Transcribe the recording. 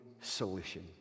solution